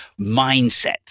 mindset